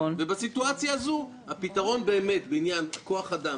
בסיטואציה הזו הפתרון בעניין כוח האדם